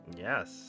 Yes